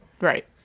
Right